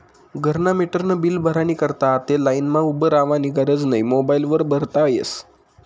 घरना मीटरनं बील भरानी करता आते लाईनमा उभं रावानी गरज नै मोबाईल वर भरता यस